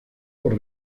por